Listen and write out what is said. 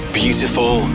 beautiful